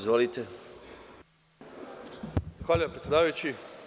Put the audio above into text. Zahvaljujem predsedavajući.